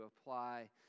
apply